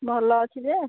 ଭଲ ଅଛି ଯେ